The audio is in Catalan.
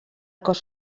cos